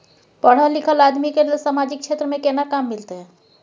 पढल लीखल आदमी के लेल सामाजिक क्षेत्र में केना काम मिलते?